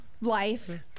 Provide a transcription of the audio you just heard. Life